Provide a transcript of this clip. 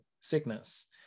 sickness